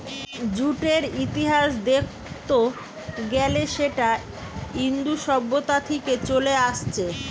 জুটের ইতিহাস দেখত গ্যালে সেটা ইন্দু সভ্যতা থিকে চলে আসছে